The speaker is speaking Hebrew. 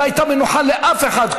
לא הייתה מנוחה לאף אחד,